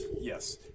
Yes